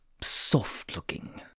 soft-looking